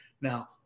Now